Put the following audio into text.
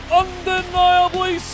undeniably